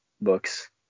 books